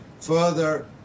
further